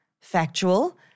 factual